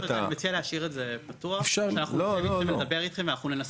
אני מציע להשאיר את זה פתוח, אנחנו נדבר איתכם.